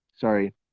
Sorry